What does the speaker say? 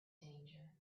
danger